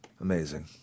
Amazing